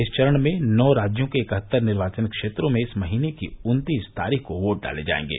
इस चरण में नौ राज्यों के इकहत्तर निर्वाचन क्षेत्रों में इस महीने की उन्तीस तारीख को वोट डाले जाएंगे